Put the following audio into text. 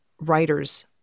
writers